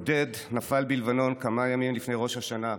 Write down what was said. עודד נפל בלבנון כמה ימים לפני ראש השנה,